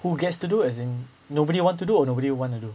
who gets to do as in nobody want to do oh nobody wanna do